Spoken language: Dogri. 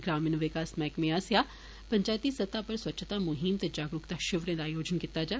ग्रामीण विकास मैहकमे आस्सेआ पंचैत सतह उप्पर स्वच्छता मुहीम ते जागरुकता शिवरें दा आयोजन कीता जाग